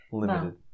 limited